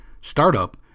startup